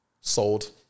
sold